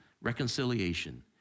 reconciliation